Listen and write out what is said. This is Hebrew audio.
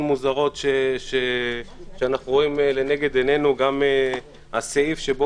מוזרות שאנחנו רואים לנגד עינינו; גם הסעיף שבו